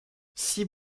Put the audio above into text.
six